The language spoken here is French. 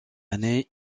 année